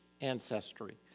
ancestry